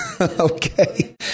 Okay